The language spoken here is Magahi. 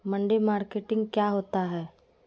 मंडी मार्केटिंग क्या होता है?